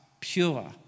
pure